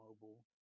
mobile